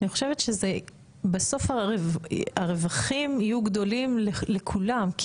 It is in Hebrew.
אני חושבת שבסוף הרווחים יהיו גדולים לכולם,